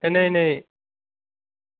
ते नेईं नेईं